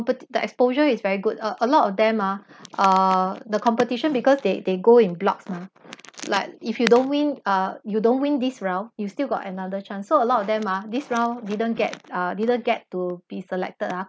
but the exposure is very good a a lot of them ah uh the competition because they they go in blocks mah like if you don't win uh you don't win this round you still got another chance so a lot of them ah this round didn't get uh didn't get to be selected ah